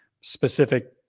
specific